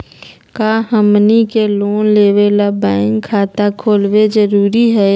का हमनी के लोन लेबे ला बैंक खाता खोलबे जरुरी हई?